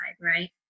right